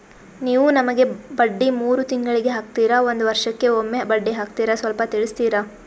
ನೀವು ನಮಗೆ ಬಡ್ಡಿ ಮೂರು ತಿಂಗಳಿಗೆ ಹಾಕ್ತಿರಾ, ಒಂದ್ ವರ್ಷಕ್ಕೆ ಒಮ್ಮೆ ಬಡ್ಡಿ ಹಾಕ್ತಿರಾ ಸ್ವಲ್ಪ ತಿಳಿಸ್ತೀರ?